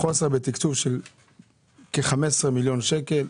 חוסר בתקצוב של כ-15 מיליון שקלים,